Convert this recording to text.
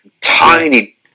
tiny